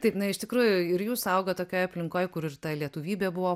taip na iš tikrųjų ir jūs augot tokioj aplinkoj kur ir ta lietuvybė buvo